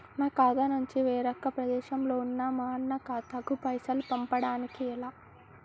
నా ఖాతా నుంచి వేరొక ప్రదేశంలో ఉన్న మా అన్న ఖాతాకు పైసలు పంపడానికి ఎలా?